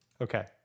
Okay